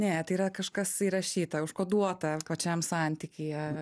ne tai yra kažkas įrašyta užkoduota pačiam santykyje